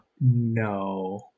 No